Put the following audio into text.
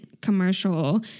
commercial